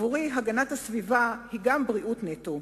עבורי הגנת הסביבה היא גם בריאות נטו,